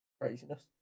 craziness